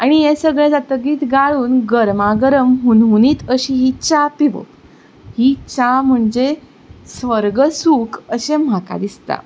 आनी हें सगळें जातगीर गाळून गरमागरम हुनहुनीत अशी ही च्या पिवप ही च्या म्हणजे स्वर्ग सूख अशें म्हाका दिसता